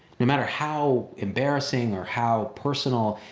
no matter how embarrassing or how personal,